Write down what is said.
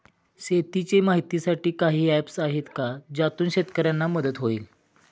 शेतीचे माहितीसाठी काही ऍप्स आहेत का ज्यातून शेतकऱ्यांना मदत होईल?